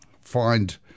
find